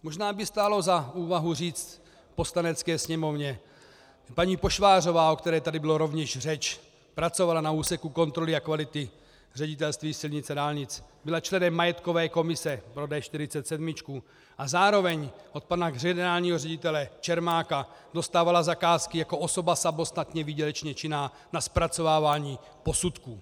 Možná by stálo za úvahu říct Poslanecké sněmovně paní Pošvářová, o které tady byla rovněž řeč, pracovala na úseku kontroly a kvality Ředitelství silnic a dálnic, byla členem majetkové komise pro D47 a zároveň od pana generálního ředitele Čermáka dostávala zakázky jako osoba samostatně výdělečně činná na zpracovávání posudků.